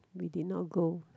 we did not go